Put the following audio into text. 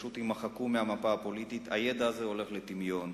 פשוט יימחקו מהמפה והידע הזה ילך לטמיון.